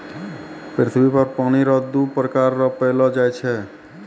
पृथ्वी पर पानी रो दु प्रकार रो पैलो जाय छै